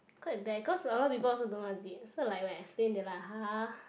quite bad because a lot of people also don't know what is it so like when I explain they like !huh!